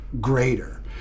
greater